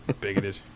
bigoted